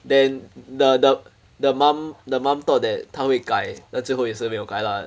then the the the mom the mom thought that 他会改而最后也是没有改 lah